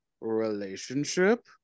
relationship